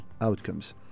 outcomes